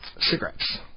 Cigarettes